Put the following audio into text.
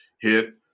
hit